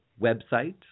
website